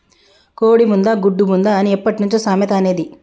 కోడి ముందా, గుడ్డు ముందా అని ఎప్పట్నుంచో సామెత అనేది